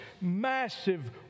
massive